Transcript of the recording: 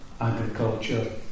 agriculture